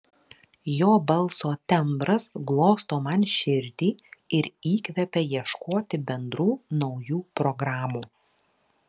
jo balso tembras glosto man širdį ir įkvepia ieškoti bendrų naujų programų